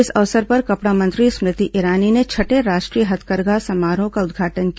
इस अवसर पर कपड़ा मंत्री स्मृति ईरानी ने छठे राष्ट्रीय हथकरघा समारोह का उद्घाटन किया